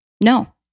No